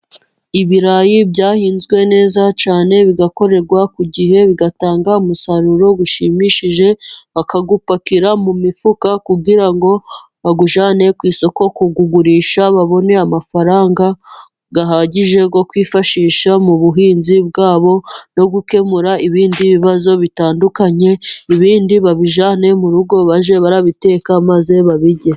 Ibirayi byahinzwe neza cyane, bigakorerwa ku gihe, bigatanga umusaruro ushimishije, bakabipakira mu mifuka kugira ngo babijyane ku isoko kubigurisha, babone amafaranga ahagije yo kwifashisha mu buhinzi bwabo no gukemura ibindi bibazo bitandukanye, ibindi babijyane mu rugo bajye babiteka, maze babirye.